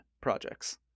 projects